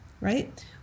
right